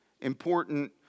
important